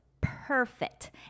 perfect